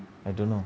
I don't know